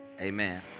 amen